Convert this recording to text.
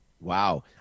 Wow